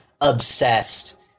obsessed